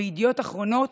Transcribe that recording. בידיעות אחרונות,